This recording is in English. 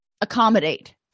accommodate